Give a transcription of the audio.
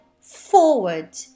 forward